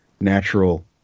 natural